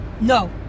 no